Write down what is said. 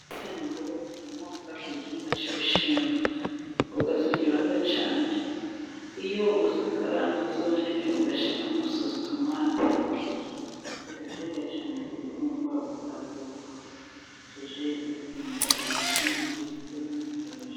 Imiteja ni imboga, zikomoka ku gihingwa cy'ibishyimbo, imboga ziryoha cyane, iyo uzikaranze zonyine, ugashiramo socitomate ziraryoha cyane, ku buryo wumva utazivaho, tujye duhinga ibishyimbo, dukuremo imiteja.